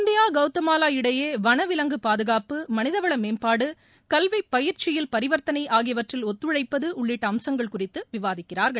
India Guatemala இடையே வனவிலங்கு பாதுகாப்பு மனிதவள மேம்பாடு கல்வி பயிற்சியில் பரிவர்த்தனை ஆகியவற்றில் ஒத்துழைப்பது உள்ளிட்ட அம்சங்கள் குறித்து விவாதிக்கிறார்